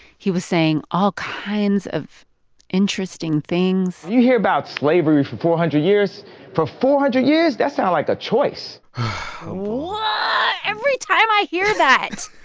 he was saying all kinds of interesting things when you hear about slavery for four hundred years for four hundred years? that sound like a choice what? ah every time i hear that,